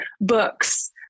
books